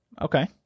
Okay